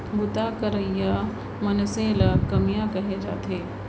बूता करइया मनसे ल कमियां कहे जाथे